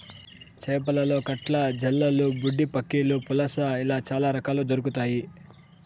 చేపలలో కట్ల, జల్లలు, బుడ్డపక్కిలు, పులస ఇలా చాల రకాలు దొరకుతాయి